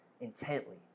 intently